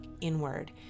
inward